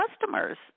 customers